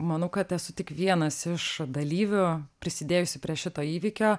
manau kad esu tik vienas iš dalyvių prisidėjusių prie šito įvykio